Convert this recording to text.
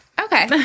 Okay